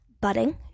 budding